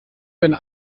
werden